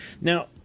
now